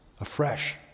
afresh